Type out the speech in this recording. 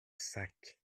sacs